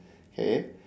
okay